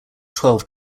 twelve